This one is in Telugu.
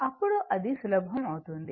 అప్పుడు అది సులభం అవుతుంది